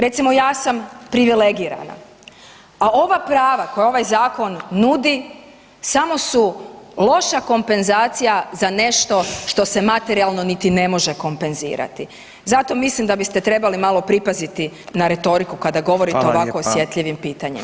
Recimo ja sam privilegirana a ova prava koja ovaj Zakon nudi samo su loša kompenzacija za nešto što se materijalno niti ne može kompenzirati zato mislim da da biste trebali malo pripaziti na retoriku kada govorite o ovako osjetljivim pitanjima.